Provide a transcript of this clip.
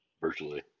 Virtually